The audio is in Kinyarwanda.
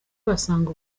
basanga